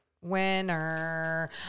winner